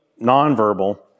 nonverbal